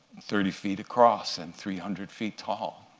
thirty feet across and three hundred feet tall,